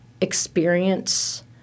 experience